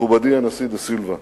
מכובדי הנשיא דה סילבה,